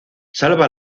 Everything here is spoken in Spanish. salva